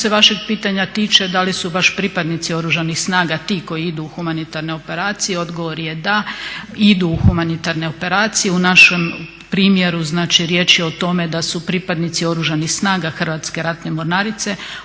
Što se vašeg pitanja tiče, da li su baš pripadnici oružanih snaga ti koji idu u humanitarne operacije, odgovor je da. Idu u humanitarne operacije u našem primjeru riječ je o tome da su pripadnici Oružanih snaga Hrvatske ratne mornarice,